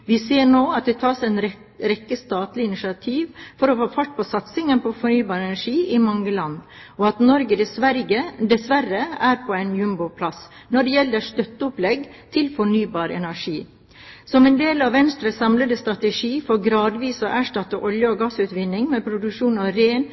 Vi ser nå at det tas en rekke statlige initiativ for å få fart på satsingen på fornybar energi i mange land, og at Norge dessverre er på jumboplass når det gjelder støtteopplegg til fornybar energi. Som en del av Venstres samlede strategi for gradvis å erstatte olje- og